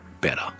better